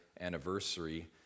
anniversary